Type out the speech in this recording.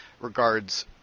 regards